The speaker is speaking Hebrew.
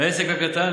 לעסק הקטן,